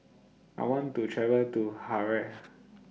I want to travel to Harare